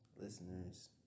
listeners